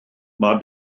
mae